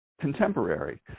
contemporary